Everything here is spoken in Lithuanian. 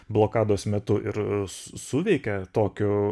blokados metu ir su suveikė tokių